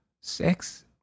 six